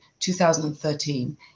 2013